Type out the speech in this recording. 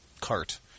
cart